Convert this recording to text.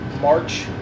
March